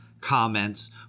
comments